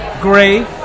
gray